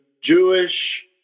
Jewish